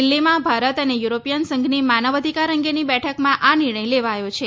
દિલ્ફીમાં ભારત અને યુરોપીયન સંઘની માનવ અધિકાર અંગેની બેઠકમાં આ નિર્ણય લેવાયો છે